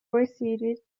receded